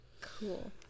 cool